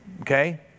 Okay